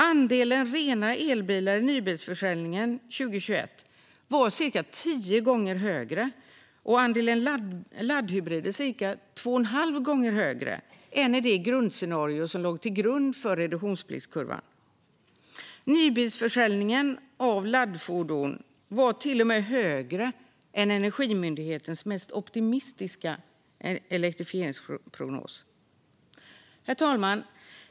Andelen rena elbilar i nybilsförsäljningen 2021 var cirka 10 gånger större och andelen laddhybrider cirka 2,5 gånger större än i det scenario som låg till grund för reduktionspliktskurvan. Nybilsförsäljningen av laddfordon var till och med större än Energimyndighetens mest optimistiska elektrifieringsprognos. Herr talman!